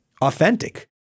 authentic